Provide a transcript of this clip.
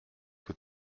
que